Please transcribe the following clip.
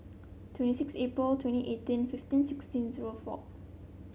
twenty six April twenty eighteen fifteen sixteen zero four